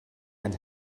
and